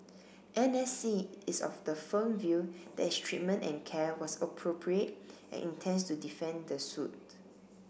N S C is of the firm view that its treatment and care was appropriate and intends to defend the suit